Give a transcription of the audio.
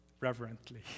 reverently